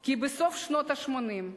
כי בסוף שנות ה-80,